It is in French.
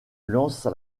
lance